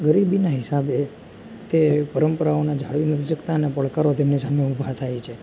ગરીબીના હિસાબે તે પરંપરાઓને જાળવી નથી શકતા અને પડકારો તેમની સામે ઊભા થાય છે